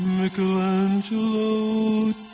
Michelangelo